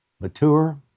Mature